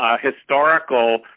historical